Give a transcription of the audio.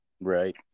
Right